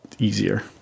Easier